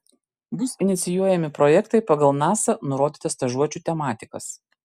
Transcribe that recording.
bus inicijuojami projektai pagal nasa nurodytas stažuočių tematikas